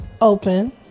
Open